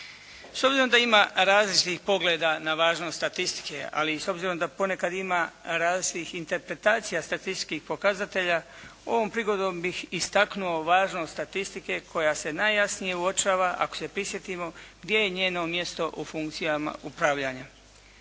S obzirom da ima različitih pogleda na važnost statistike ali i s obzirom da ponekad ima različitih interpretacija statističkih pokazatelja ovom prigodom bih istaknuo važnost statistike koja se najjasnije uočava ako se prisjetimo gdje je njeno mjesto u funkcijama upravljanja.